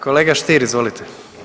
Kolega Stier, izvolite.